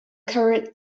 carried